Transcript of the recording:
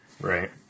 Right